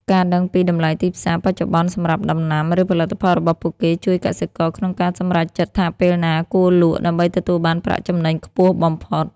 ការដឹងពី តម្លៃទីផ្សារ បច្ចុប្បន្នសម្រាប់ដំណាំ ឬផលិតផលរបស់ពួកគេ ជួយកសិករក្នុងការសម្រេចចិត្តថាពេលណាគួរលក់ ដើម្បីទទួលបានប្រាក់ចំណេញខ្ពស់បំផុត។